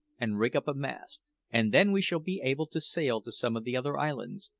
and rig up a mast and then we shall be able to sail to some of the other islands,